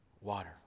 water